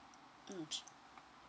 mm K